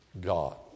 God